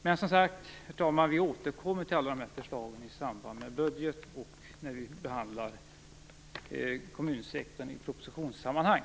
Vi återkommer dock, herr talman, till alla dessa förslag i samband med budgeten och med att vi behandlar kommunsektorn i propositionssammanhang.